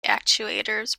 actuators